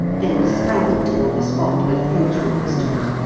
then sprang toward the spot where the frenchwoman stood,